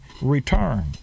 return